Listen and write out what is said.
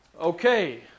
Okay